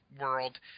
World